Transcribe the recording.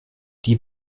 die